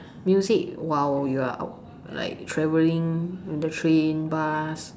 music while you're like out like traveling in the train bus